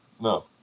No